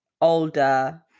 older